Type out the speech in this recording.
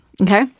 okay